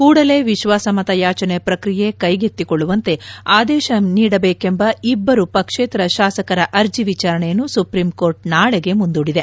ಕೂಡಲೇ ವಿಶ್ವಾಸಮತ ಯಾಚನೆ ಪ್ರಕ್ರಿಯೆ ಕೈಗೆತ್ತಿಕೊಳ್ಳುವಂತೆ ಆದೇಶ ನೀಡಬೇಕೆಂಬ ಇಬ್ಬರು ಪಕ್ಷೇತರ ಶಾಸಕರ ಅರ್ಜಿ ವಿಚಾರಣೆಯನ್ನು ಸುಪ್ರೀಂ ಕೋರ್ಟ್ ನಾಳೆಗೆ ಮುಂದೂದಿದೆ